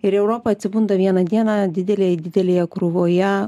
ir europa atsibunda vieną dieną didelėj didelėje krūvoje